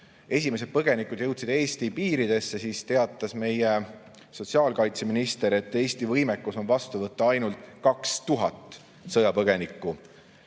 esimesed põgenikud jõudsid Eesti piiridesse, siis teatas meie sotsiaalkaitseminister, et Eesti võimekus on vastu võtta ainult 2000 sõjapõgenikku.